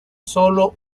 sólo